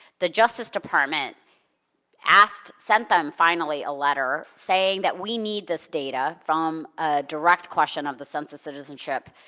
the justice department asked, sent them, finally, a letter saying that we need this data from a direct question of the census citizenship,